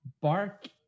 bark